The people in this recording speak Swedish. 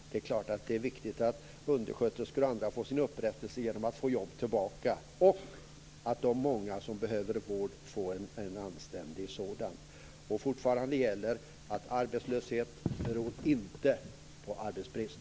Det är klart att det är viktigt att undersköterskor och andra får sin upprättelse genom att få jobb tillbaka och att de många som behöver vård får en anständig sådan. Och fortfarande gäller att arbetslöshet inte beror på arbetsbrist.